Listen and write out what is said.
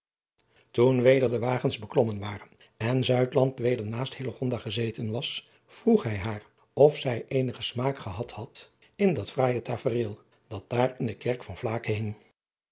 oen weder de wagens beklommen waren en weder naast gezeten was vroeg hij haar of zij eenigen smaak gehad had in dat fraaije tafereel dat daar in de kerk van lake hing